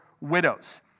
widows